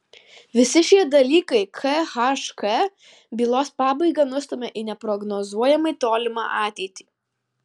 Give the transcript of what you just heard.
visi šie dalykai khk bylos pabaigą nustumia į neprognozuojamai tolimą ateitį